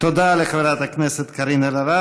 תודה לחברת הכנסת קארין אלהרר.